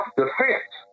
defense